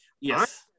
Yes